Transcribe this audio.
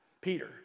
Peter